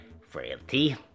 Frailty